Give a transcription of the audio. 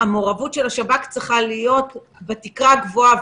שהמעורבות של השב"כ צריכה להיות בתקרה גבוהה,